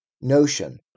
notion